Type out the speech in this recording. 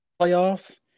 playoffs